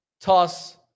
toss